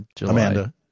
Amanda